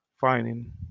finding